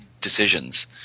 decisions